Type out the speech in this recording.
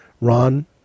Ron